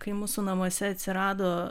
kai mūsų namuose atsirado